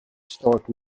stark